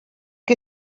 que